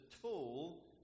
tool